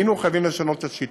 היינו חייבים לשנות את השיטה,